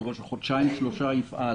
ובסדר גודל של חודשיים שלושה הוא יפעל.